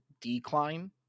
decline